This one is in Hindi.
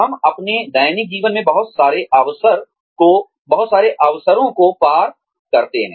हम अपने दैनिक जीवन में बहुत सारे अवसरों को पार करते हैं